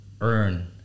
earn